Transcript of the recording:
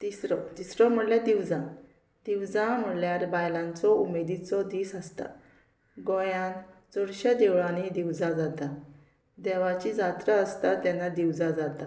तिसरो तिसरो म्हणल्यार दिवजां दिवजां म्हणल्यार बायलांचो उमेदीचो दीस आसता गोंयान चडश्या देवळांनी दिवजां जाता देवाची जात्रा आसता तेन्ना दिवजां जाता